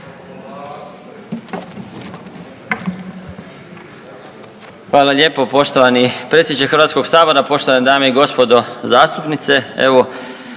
Hvala lijepo poštovani predsjedniče Hrvatskoga sabora, poštovane dame i gospodo zastupnice.